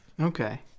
Okay